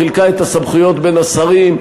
חילקה את הסמכויות בין השרים.